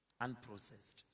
Unprocessed